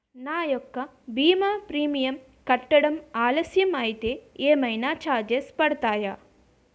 నా యెక్క భీమా ప్రీమియం కట్టడం ఆలస్యం అయితే ఏమైనా చార్జెస్ పడతాయా?